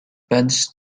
burns